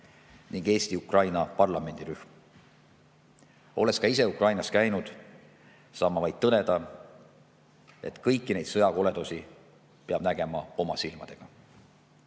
ning Eesti-Ukraina parlamendirühm. Olles ka ise Ukrainas käinud, saan ma vaid tõdeda, et kõiki neid sõjakoledusi peab nägema oma silmadega.